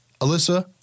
Alyssa